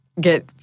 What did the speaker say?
get